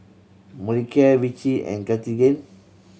Molicare Vichy and Cartigain